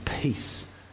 peace